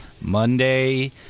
Monday